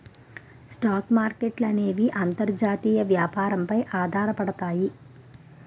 stock మార్కెట్ల అనేవి అంతర్జాతీయ వ్యాపారం పై ఆధారపడతాయి